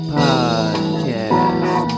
podcast